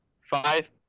five